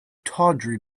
tawdry